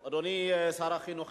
אדוני שר החינוך,